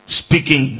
speaking